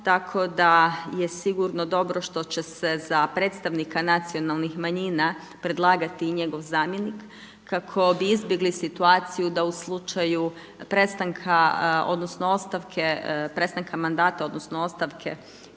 tako da je sigurno dobro što će se za predstavnika nacionalnih manjina predlagati i njegov zamjenik kako bi izbjegli situaciju da u slučaju prestanka odnosno ostavke prestanka mandata odnosno ostavke